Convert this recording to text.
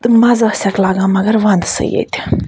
تہٕ مَزٕ آسٮ۪کھ لگان مگر وَنٛدسٕے ییٚتہِ